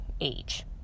age